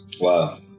Wow